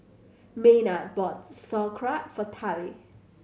Maynard bought Sauerkraut for Tallie